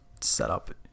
setup